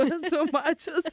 esu mačius